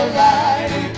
light